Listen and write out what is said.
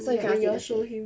so you cannot see the